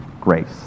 grace